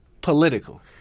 Political